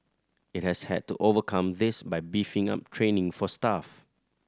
it has had to overcome this by beefing up training for staff